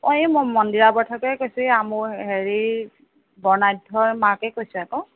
এই মই মন্দিৰা বৰঠাকুৰে কৈছোঁ এই হেৰিৰ বৰ্ণাঢ্যৰ মাকে কৈছে আক